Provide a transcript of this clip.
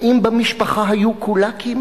האם במשפחה היו קולאקים?